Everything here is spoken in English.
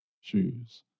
shoes